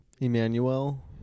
Emmanuel